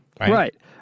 right